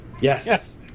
Yes